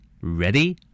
Ready